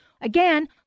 Again